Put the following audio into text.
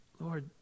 Lord